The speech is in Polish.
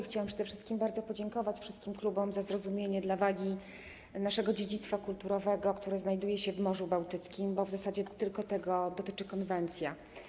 Chciałabym przede wszystkim bardzo podziękować wszystkim klubom za zrozumienie wagi naszego dziedzictwa kulturowego, które znajduje się w Morzu Bałtyckim, bo w zasadzie tylko tego dotyczy konwencja.